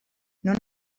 non